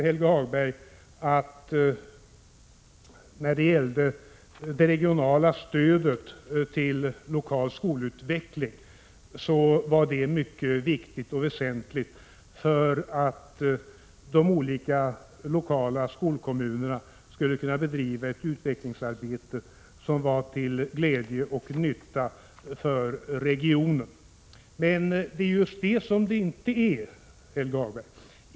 Helge Hagberg menade att det regionala stödet till lokal skolutveckling var mycket väsentligt för att de olika lokala skolkommunerna skulle kunna bedriva ett utvecklingsarbete som var till glädje och nytta för regionen. Men det är just vad det inte är, Helge Hagberg.